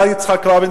היה יצחק רבין,